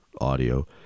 audio